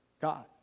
God